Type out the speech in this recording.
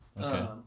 Okay